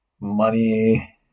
money